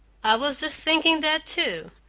i was just thinking that, too,